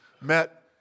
met